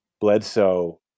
Bledsoe